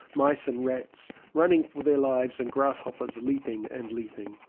mice and rats running for their lives and grasshoppers leaping and leaping.